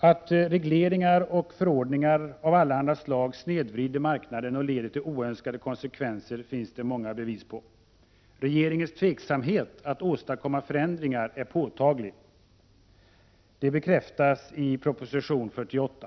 Att regleringar och förordningar av allehanda slag snedvrider marknaden och leder till oönskade konsekvenser finns det många bevis på. Regeringens tveksamhet att åstadkomma förändringar är påtaglig. Det bekräftas i proposition 48.